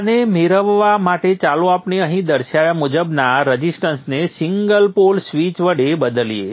આને મેળવવા માટે ચાલો આપણે અહીં દર્શાવ્યા મુજબના રઝિસ્ટરને સિંગલ પોલ સ્વીચ વડે બદલીએ